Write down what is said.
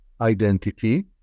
identity